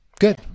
Good